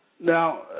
Now